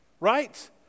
Right